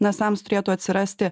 nasams turėtų atsirasti